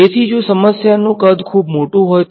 તેથી linear algebra પરનો બીજો અભ્યાસક્રમ છે